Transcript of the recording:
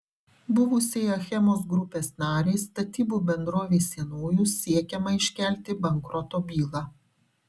buvusiai achemos grupės narei statybų bendrovei sienojus siekiama iškelti bankroto bylą